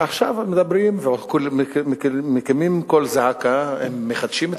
ועכשיו מדברים ומקימים קול זעקה האם מחדשים את